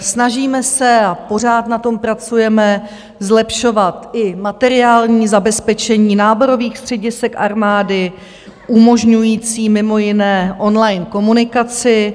Snažíme se, a pořád na tom pracujeme, zlepšovat i materiální zabezpečení náborových středisek armády umožňující mimo jiné online komunikaci.